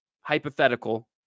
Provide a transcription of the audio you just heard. hypothetical